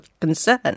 concern